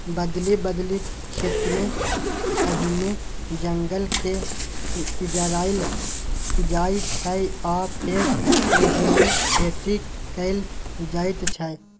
बदलि बदलि खेतीमे पहिने जंगलकेँ जराएल जाइ छै आ फेर ओहिमे खेती कएल जाइत छै